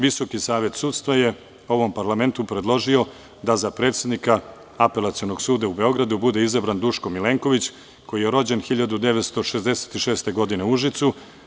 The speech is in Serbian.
Visoki savet sudstva je ovom parlamentu predložio da za predsednika Apelacionog suda u Beogradu bude izabran Duško Milenković, koji je rođen 1966. godine u Užicu.